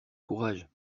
courage